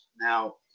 now